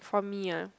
for me ah